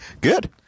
Good